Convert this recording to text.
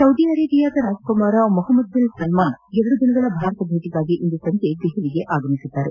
Saudi ಅರೇಬಿಯಾದ ರಾಜಕುಮಾರ Mohammed bin Salman ಎರಡು ದಿನಗಳ ಭಾರತ ಭೇಟಿಗಾಗಿ ಇಂದು ಸಂಜೆ ದೆಹಲಿಗೆ ಆಗಮಿಸಲಿದ್ದಾರೆ